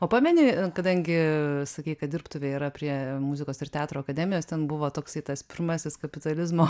o pameni kadangi sakei kad dirbtuvė yra prie muzikos ir teatro akademijos ten buvo toksai tas pirmasis kapitalizmo